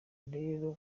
rero